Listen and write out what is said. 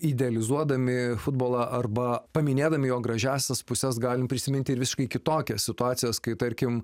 idealizuodami futbolą arba paminėdami jo gražiąsias puses galime prisiminti ir visiškai kitokią situacijos kai tarkim